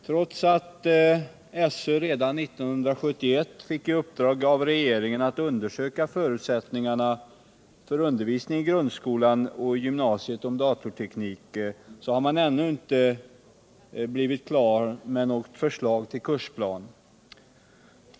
Trots att SÖ redan 1971 fick i uppdrag av regeringen att undersöka förutsättningarna för undervisning i grundskolan och i gymnasieskolan om datorteknik har man ännu inte blivit klar med något förslag till kursplan.